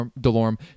delorme